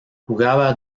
jugaba